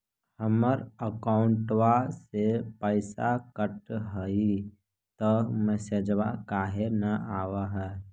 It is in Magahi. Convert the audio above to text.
हमर अकौंटवा से पैसा कट हई त मैसेजवा काहे न आव है?